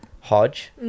Hodge